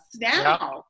now